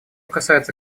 касается